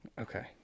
Okay